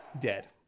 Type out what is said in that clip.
Dead